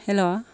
hello